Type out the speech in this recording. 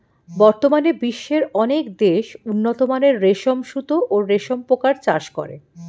বর্তমানে বিশ্বের অনেক দেশ উন্নতমানের রেশম সুতা ও রেশম পোকার চাষ করে